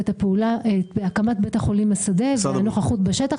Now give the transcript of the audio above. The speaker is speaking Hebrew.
את הקמת בית חולים שדה והנוכחות בשטח